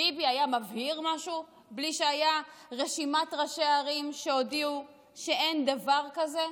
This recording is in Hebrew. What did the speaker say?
ביבי היה מבהיר משהו בלי שהייתה רשימת ראשי ערים שהודיעו שאין דבר כזה?